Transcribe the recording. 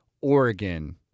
Oregon